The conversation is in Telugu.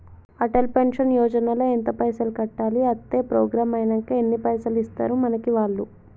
అటల్ పెన్షన్ యోజన ల ఎంత పైసల్ కట్టాలి? అత్తే ప్రోగ్రాం ఐనాక ఎన్ని పైసల్ ఇస్తరు మనకి వాళ్లు?